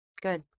good